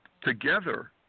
together